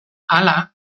hala